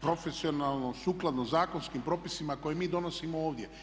profesionalno, sukladno zakonskim propisima koje mi donosimo ovdje.